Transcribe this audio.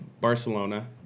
Barcelona